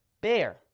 Bear